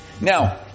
Now